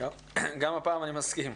גם הפעם אני מסכים.